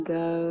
go